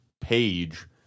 page